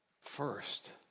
first